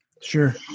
Sure